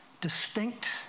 distinct